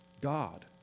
God